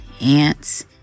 aunts